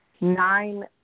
nine